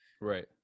Right